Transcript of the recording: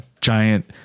giant